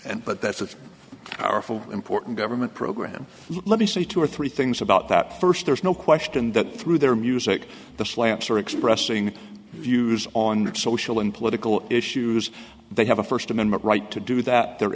and but that's the powerful important government program let me say two or three things about that first there's no question that through their music the slants are expressing views on social and political issues they have a first amendment right to do that they're